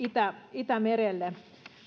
itämerelle